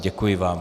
Děkuji vám.